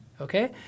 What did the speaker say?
okay